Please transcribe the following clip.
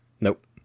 Nope